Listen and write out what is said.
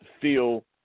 feel